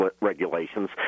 regulations